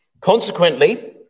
Consequently